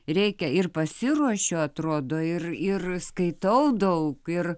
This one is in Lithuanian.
reikia ir pasiruošiu atrodo ir ir skaitau daug ir